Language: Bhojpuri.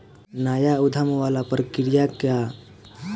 नाया उधम वाला प्रक्रिया के नासेंट एंटरप्रेन्योरशिप कहल जाला